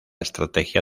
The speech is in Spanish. estrategia